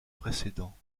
précédent